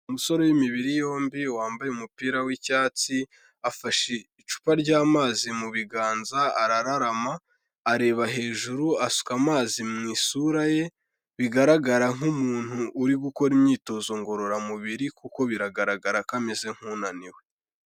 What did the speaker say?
Umusore w'imibiri yombi wambaye umupira w'icyatsi, afashe icupa ry'amazi mu biganza arararama, areba hejuru, asuka amazi mu isura ye, bigaragara nk'umuntu uri gukora imyitozo ngororamubiri kuko biragaragara ko ameze nk'unaniwe.